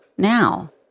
Now